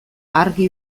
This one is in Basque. argi